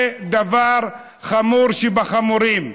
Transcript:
זה דבר חמור שבחמורים.